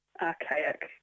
archaic